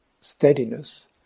steadiness